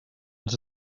ens